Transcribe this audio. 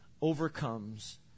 overcomes